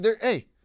Hey